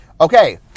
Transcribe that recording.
Okay